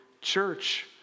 church